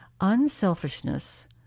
Unselfishness